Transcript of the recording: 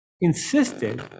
insisted